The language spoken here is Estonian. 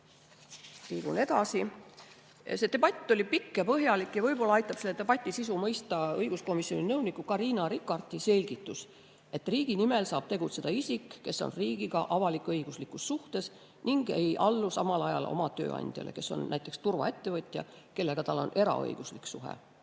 See debatt oli pikk ja põhjalik ja võib-olla aitab selle sisu mõista õiguskomisjoni nõuniku Carina Rikarti selgitus, et riigi nimel saab tegutseda isik, kes on riigiga avalik-õiguslikus suhtes ega allu samal ajal oma tööandjale, kes on näiteks turvaettevõtja, kellega tal on eraõiguslik suhe.